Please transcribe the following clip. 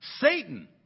Satan